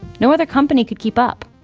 no other company could keep up